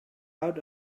out